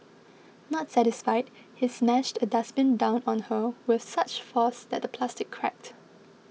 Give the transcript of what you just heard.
not satisfied he smashed a dustbin down on her with such force that the plastic cracked